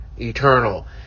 eternal